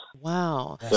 Wow